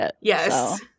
Yes